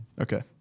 Okay